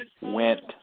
Went